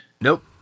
Nope